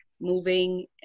moving